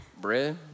Bread